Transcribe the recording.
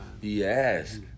Yes